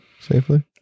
safely